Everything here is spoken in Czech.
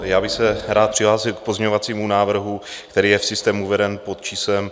Já bych se rád přihlásil k pozměňovacímu návrhu, který je v systému uveden pod číslem 2707.